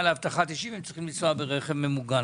לאבטחת אישים הם צריכים לנסוע ברכב ממוגן.